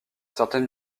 certaines